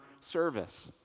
service